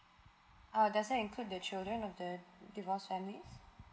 uh does it includes the children of the divorce family